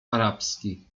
arabski